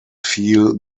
feel